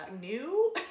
new